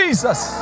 Jesus